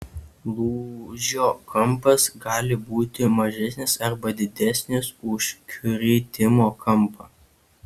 lūžio kampas gali būti mažesnis arba didesnis už kritimo kampą